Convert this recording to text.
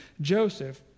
Joseph